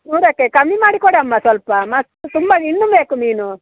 ನೂರಕ್ಕೆ ಕಮ್ಮಿ ಮಾಡಿ ಕೊಡಮ್ಮ ಸ್ವಲ್ಪ ಮತ್ತೂ ತುಂಬ ಇನ್ನೂ ಬೇಕು ಮೀನು